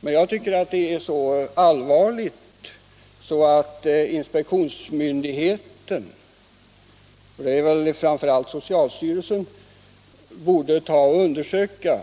Men jag tycker att detta är så allvarligt att inspektionsmyndigheten — i detta fall socialstyrelsen — borde undersöka